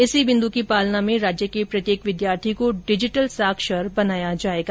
इसी बिन्दु की पालना में राज्य के प्रत्येक विद्यार्थी को डिजीटल साक्षर बनाया जायेगा